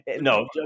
No